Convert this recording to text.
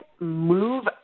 Move